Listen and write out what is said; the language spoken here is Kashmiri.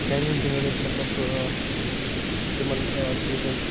گَرِ ٲسۍ گِنٛدَان ٲسۍ مطلب تِمَن چیٖزَن